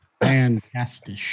Fantastic